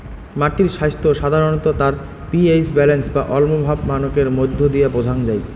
মাটির স্বাইস্থ্য সাধারণত তার পি.এইচ ব্যালেন্স বা অম্লভাব মানকের মইধ্য দিয়া বোঝাং যাই